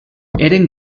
eren